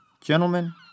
Gentlemen